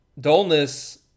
Dullness